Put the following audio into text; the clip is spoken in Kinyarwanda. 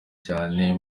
cyane